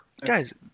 Guys